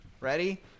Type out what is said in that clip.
Ready